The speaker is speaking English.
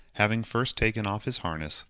having first taken off his harness,